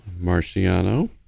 Marciano